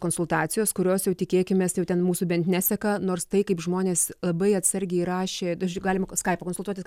konsultacijos kurios jau tikėkimės jau ten mūsų bent neseka nors tai kaip žmonės labai atsargiai rašė galime skaipu konsultuotis